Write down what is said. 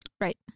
Right